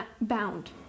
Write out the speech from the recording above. bound